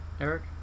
Eric